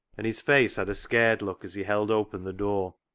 and his face had a scared look as he held open the door.